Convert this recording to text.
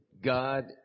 God